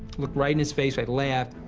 looked right in his face, i laughed.